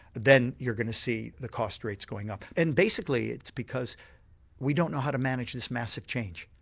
then you're going to see the cost rates going up and basically it's because we don't know how to manage this massive change.